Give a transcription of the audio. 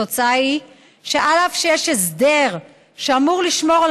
התוצאה היא שאף שיש הסדר שאמור לשמור על